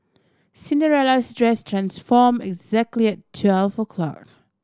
Cinderella's dress transformed exactly at twelve o'clock